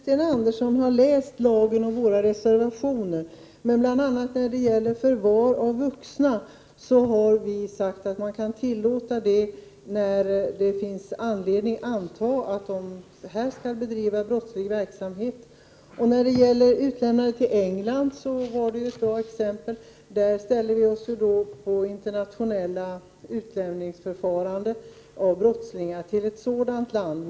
Herr talman! Jag vet inte hur Sten Andersson i Malmö har läst lagen och våra reservationer. Förvar av vuxna har vi sagt kan tillåtas, när det finns anledning anta att flyktingarna här skall bedriva brottslig verksamhet. Utlämnandet till England utgjorde ett bra exempel. Där ställer vi oss på det internationella utlämningsförfarandets sida vid utlämning av brottslingar till ett sådant land.